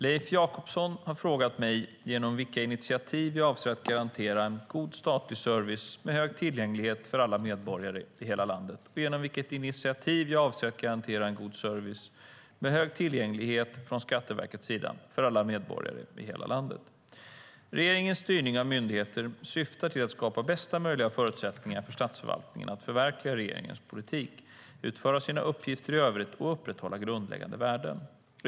Leif Jakobsson har frågat mig genom vilka initiativ jag avser att garantera en god statlig service med hög tillgänglighet för alla medborgare i hela landet och genom vilka initiativ jag avser att garantera en god service med hög tillgänglighet från Skatteverkets sida för alla medborgare i hela landet. Regeringens styrning av myndigheterna syftar till att skapa bästa möjliga förutsättningar för statsförvaltningen att förverkliga regeringens politik, utföra sina uppgifter i övrigt och upprätthålla grundläggande värden.